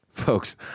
Folks